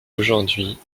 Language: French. aujourd’hui